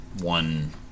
one